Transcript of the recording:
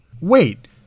Wait